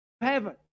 heaven